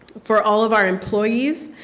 for all of our employees,